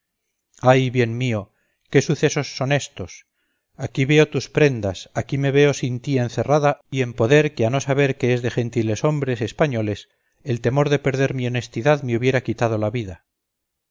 ay bien mío qué sucesos son éstos aquí veo tus prendas aquí me veo sin ti encerrada y en poder que a no saber que es de gentileshombres españoles el temor de perder mi honestidad me hubiera quitado la vida